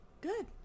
Good